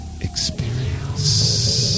Experience